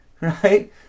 right